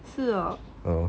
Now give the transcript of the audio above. uh